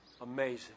Amazing